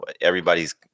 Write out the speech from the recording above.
everybody's